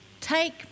Take